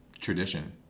tradition